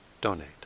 donate